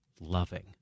loving